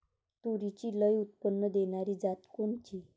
तूरीची लई उत्पन्न देणारी जात कोनची?